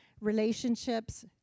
relationships